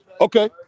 Okay